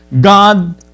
God